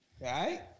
Right